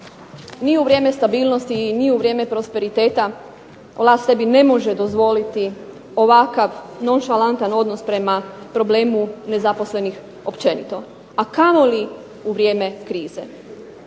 ni u vrijeme stabilnosti ni u vrijeme prosperiteta vlast sebi ne može dozvoliti ovakav nonšalantan odnos prema problemu nezaposlenih općenito, a kamoli u vrijeme krize.